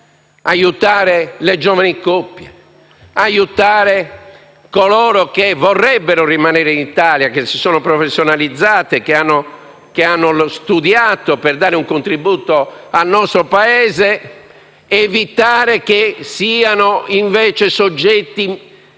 famiglie, le giovani coppie, coloro che vorrebbero rimanere in Italia, che si sono professionalizzati e hanno studiato per dare un contributo al nostro Paese, evitando che siano invece soggetti che